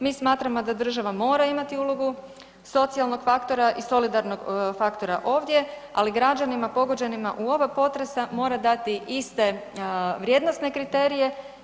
Mi smatramo da država mora imati ulogu socijalnog faktora i solidarnog faktora ovdje, ali građanima pogođenima u oba potresa mora dati iste vrijednosne kriterije.